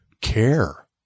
care